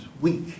weak